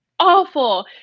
awful